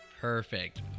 perfect